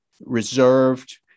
reserved